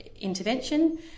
intervention